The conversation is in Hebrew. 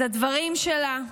אז הדברים שלה,